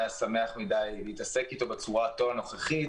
היה שמח מדי להתעסק בו בצורתו הנוכחית.